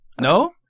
no